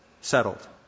settled